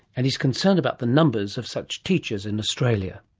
and he's concerned about the numbers of such teachers in australia.